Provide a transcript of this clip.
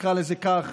נקרא לזה כך,